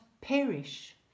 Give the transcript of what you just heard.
perish